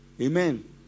amen